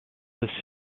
the